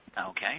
Okay